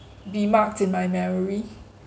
be marked in my memory